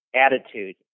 attitude